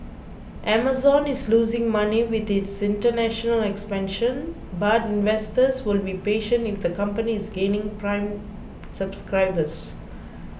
Amazon is losing money with its international expansion but investors will be patient if the company is gaining prime subscribers